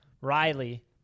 Riley